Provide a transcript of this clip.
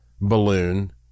balloon